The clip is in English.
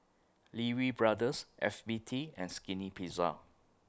Lee Wee Brothers F B T and Skinny Pizza